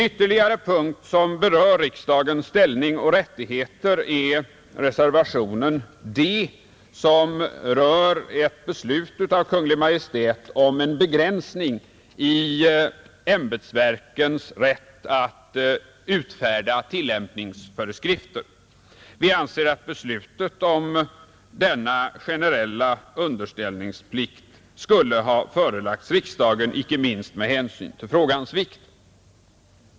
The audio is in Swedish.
Ytterligare en punkt som berör riksdagens ställning och rättigheter är 11 reservationen D, som rör ett beslut av Kungl. Maj:t om en begränsning i ämbetsverkens rätt att utfärda tillämpningsföreskrifter. Vi anser att beslutet om en generell underställningsplikt skulle ha förelagts riksdagen, inte minst med hänsyn till frågans vikt.